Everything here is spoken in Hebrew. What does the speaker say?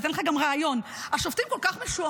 אני אתן לך גם רעיון: השופטים כל כך משועממים,